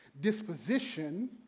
disposition